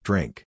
Drink